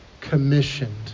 commissioned